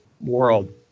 world